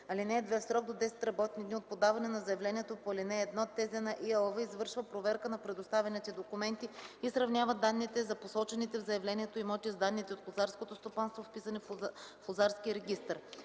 5. (2) В срок до 10 работни дни от подаване на заявлението по ал. 1 ТЗ на ИАЛВ извършва проверка на предоставените документи и сравнява данните за посочените в заявлението имоти с данните от лозарското стопанство, вписани в лозарския регистър.